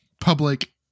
public